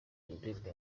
rurimi